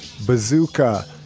Bazooka